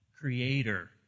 creator